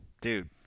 dude